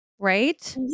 right